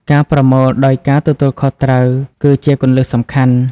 ការប្រមូលដោយការទទួលខុសត្រូវគឺជាគន្លឹះសំខាន់។